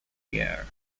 year